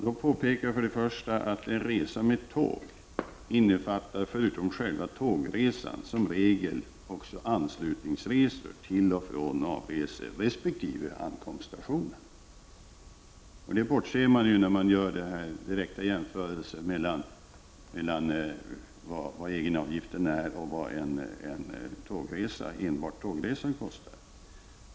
Då vill jag först och främst påpeka att resa med tåg innefattar, förutom själva tågresan, som regel också anslutningsresor till och från avreseresp. ankomststationen. Det bortser man ifrån när man gör direkta jämförelser mellan vad egenavgiften är och vad enbart en tågresa kostar.